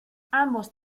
ambos